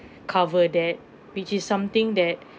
cover that which is something that